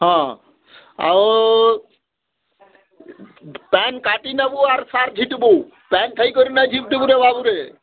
ହଁ ଆଉ ପାଏନ୍ କାଟିନେବୁ ଆର୍ ସାର୍ ଝିଟ୍ବୁ ପାଏନ୍ ଥାଇକରି ନାଇଁ ଝିଟ୍ବୁରେ ବାବୁରେ